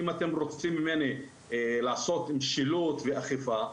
אם אתם רוצים ממני לעשות משילות ואכיפה,